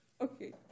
Okay